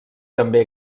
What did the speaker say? també